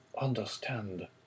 understand